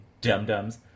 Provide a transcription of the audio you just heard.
dum-dums